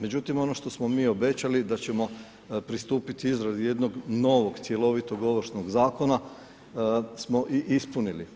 Međutim, ono što smo mi obećali, da ćemo pristupiti izradi jednog novog cjelovitog Ovršnog zakona, smo i ispunili.